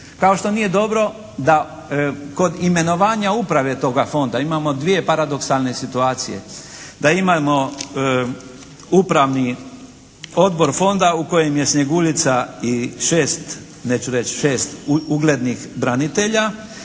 Kao što nije dobro da kod imenovanja uprave toga Fonda, imamo dvije paradoksalne situacije. Da imamo Upravni odbor Fonda u kojem je Snjeguljica i 6, neću reći 6 uglednih branitelja